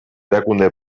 erakunde